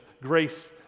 grace